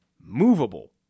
movable